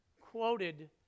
quoted